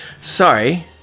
sorry